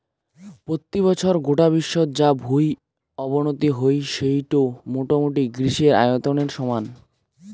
পত্যি বছর গোটা বিশ্বত যা ভুঁই অবনতি হই সেইটো মোটামুটি গ্রীসের আয়তনের সমান